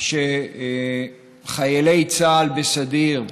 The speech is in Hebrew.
שחיילי צה"ל בסדיר,